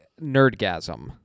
nerdgasm